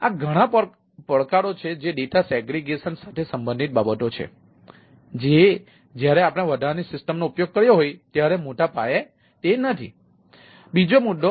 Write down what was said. તેથી આ ઘણા પડકારો છે જે ડેટા સેગ્રીગેશન સાથે સંબંધિત બાબતો છે જે જ્યારે આપણે વધારાની સિસ્ટમોનો ઉપયોગ કર્યો હોય ત્યારે મોટા પાયે નથી બીજો મુદ્દો